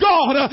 God